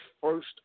first